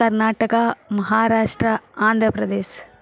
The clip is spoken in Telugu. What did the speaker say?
కర్ణాటక మహారాష్ట్ర ఆంధ్రప్రదేశ్